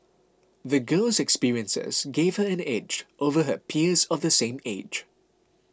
the girl's experiences gave her an edge over her peers of the same age